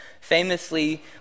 Famously